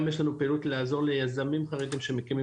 יש לנו גם פעילות לעזור ליזמים חרדים שמקימים